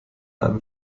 einem